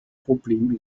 problem